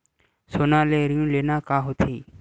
सोना ले ऋण लेना का होथे?